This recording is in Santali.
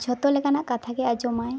ᱡᱚᱛᱚ ᱞᱮᱠᱟᱱᱟᱜ ᱠᱟᱛᱷᱟ ᱜᱮᱭ ᱟᱸᱡᱚᱢᱟᱭ